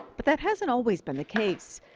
but that hasn't always been the case.